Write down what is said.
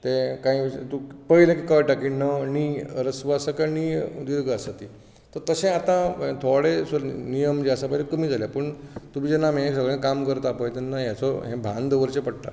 तें कांय तुका पळयलें की कळटा की ण णी ऱ्हस्व आसा कांय णी दीर्घ आसा ती तर तशें आतां थोडे नियम जे आसात ते कमी जाल्या पूण तुमी जेन्ना हें सगळे काम करता पळय तेन्ना हाचो हें भान दवरचें पडटा